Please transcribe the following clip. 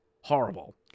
horrible